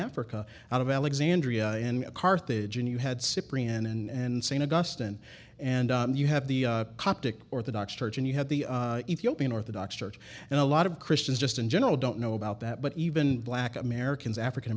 africa out of alexandria and carthage and you had cyprian and seen augustan and you have the coptic orthodox church and you have the ethiopian orthodox church and a lot of christians just in general don't know about that but even black americans african